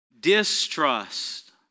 distrust